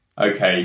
okay